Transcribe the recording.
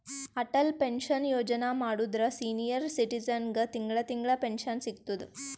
Atal pension Yojana ಮಾಡುದ್ರ senior ಸಿಟಿಜನ್ಗ ತಿಂಗಳಾ ತಿಂಗಳಾ ಪೆನ್ಶನ್ ಸಿಗ್ತುದ್